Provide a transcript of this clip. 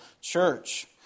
church